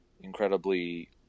incredibly